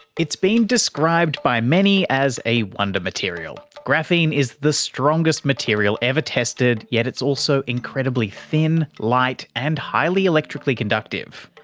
it's been described by many as a wonder material. graphene is the strongest material ever tested, yet it's also incredibly thin, light and highly electrically conductive.